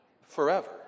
forever